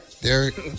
Derek